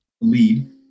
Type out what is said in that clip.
lead